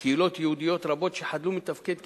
קהילות יהודיות רבות שחדלו מִתַּפְקֵד כקהילה.